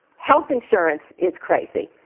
health insurance is crazy.